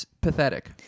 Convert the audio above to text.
pathetic